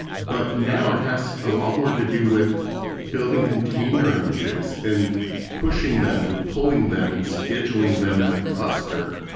but now it has a lot more to do with building container images and pushing them and pulling them and scheduling them in a cluster.